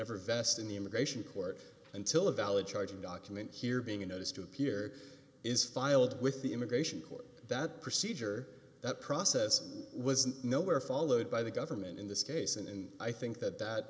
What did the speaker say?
ever vest in the immigration court until a valid charging document here being a notice to appear is filed with the immigration court that procedure that process wasn't nowhere followed by the government in this case and i think that that